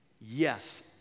Yes